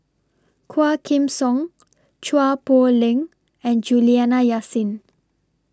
Quah Kim Song Chua Poh Leng and Juliana Yasin